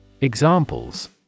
Examples